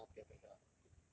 you never kena peer pressure ah